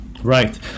Right